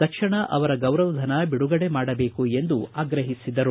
ತಕ್ಷಣ ಅವರ ಗೌರವಧನ ಬಿಡುಗಡೆ ಮಾಡಬೇಕು ಎಂದು ಆಗ್ರಹಿಸಿದರು